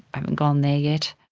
i haven't gone there yet.